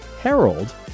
Harold